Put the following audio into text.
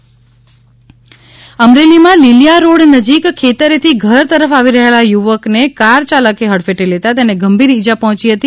અમરેલી અકસ્માત અમરેલીમાં લીલીયા રોડ નજીક ખેતરેથી ઘર તરફ આવી રહેલા યુવકને કાર ચાલકે હડફેટે લેતા તેને ગંભીર ઇજા પહોંચી હતી